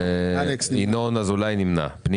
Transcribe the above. ממשלה שעניינן תוכנית להעצמה לפיתוח